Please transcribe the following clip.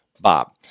Bob